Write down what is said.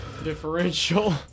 Differential